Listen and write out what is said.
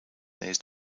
these